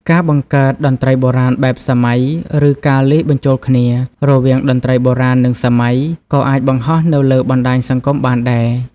ការបង្កើតតន្ត្រីបុរាណបែបសម័យ ឬការលាយបញ្ចូលគ្នា រវាងតន្ត្រីបុរាណ និងសម័យក៏អាចបង្ហោះនៅលើបណ្ដាញសង្គមបានដែរ។